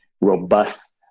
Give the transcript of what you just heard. robust